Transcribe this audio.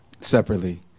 separately